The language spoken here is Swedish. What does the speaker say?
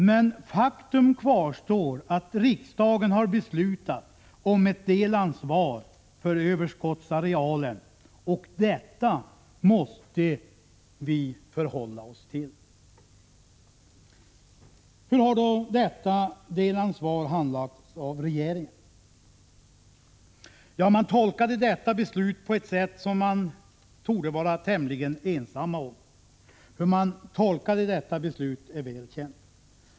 Men faktum kvarstår att riksdagen har beslutat om ett delansvar för överskottsarealen, och detta måste vi hålla oss till. Hur har då detta delansvar handlagts av regeringen? Ja, man tolkade detta beslut på ett sätt som man torde vara tämligen ensam om. Hur man tolkade detta beslut är väl känt.